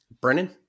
Brennan